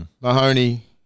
Mahoney